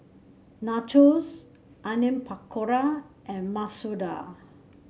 Nachos Onion Pakora and Masoor Dal